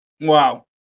Wow